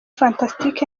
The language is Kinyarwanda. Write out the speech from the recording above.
fantastic